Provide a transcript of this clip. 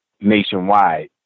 nationwide